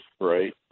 right